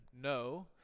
no